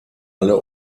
alle